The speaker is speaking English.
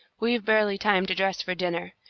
we've barely time to dress for dinner.